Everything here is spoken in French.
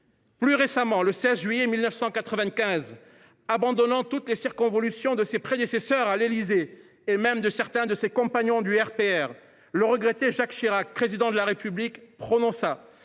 Plus récemment, le 16 juillet 1995, abandonnant toutes les circonvolutions de ses prédécesseurs à l’Élysée et même de certains de ses compagnons du Rassemblement pour la République (RPR), le regretté Jacques Chirac, Président de la République, prononça